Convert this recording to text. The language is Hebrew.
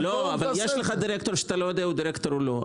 אבל יש לך דירקטור שאתה לא יודע אם הוא דירקטור או לא,